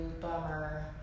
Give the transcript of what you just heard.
bummer